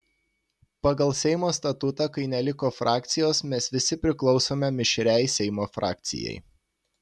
pagal seimo statutą kai neliko frakcijos mes visi priklausome mišriai seimo frakcijai